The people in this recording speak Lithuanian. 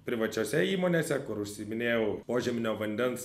privačiose įmonėse kur užsiiminėjau požeminio vandens